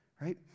right